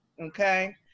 okay